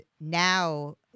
now